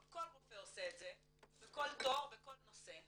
כל רופא עושה את זה בכל תור בכל נושא.